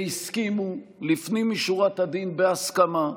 והסכימו לפנים משורת הדין, בהסכמה,